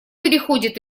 переходит